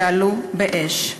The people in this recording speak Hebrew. שעלו באש.